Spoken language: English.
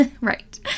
Right